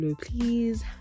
Please